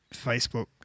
Facebook